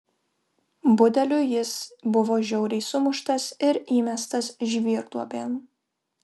budelių jis buvo žiauriai sumuštas ir įmestas žvyrduobėn